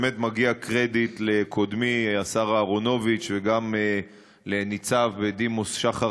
מגיע קרדיט לקודמי השר אהרונוביץ וגם לניצב בדימוס שחר